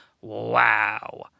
Wow